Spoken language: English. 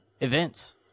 events